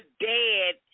dead